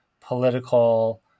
political